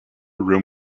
room